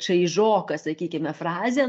čaižoka sakykime frazė